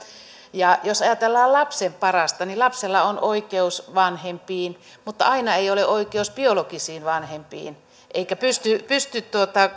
jos ajatellaan lapsen parasta niin lapsella on oikeus vanhempiin mutta aina ei ole oikeutta biologisiin vanhempiin eikä pysty pysty